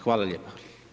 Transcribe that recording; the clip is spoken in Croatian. Hvala lijepo.